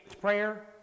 prayer